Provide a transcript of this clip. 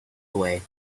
away